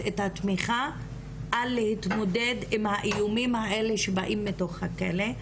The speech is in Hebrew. את התמיכה על ההתמודדות עם האיומים האלה שבאים מתוך הכלא,